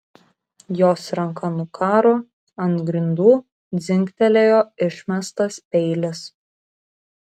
jos ranka nukaro ant grindų dzingtelėjo išmestas peilis